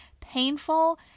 painful